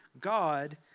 God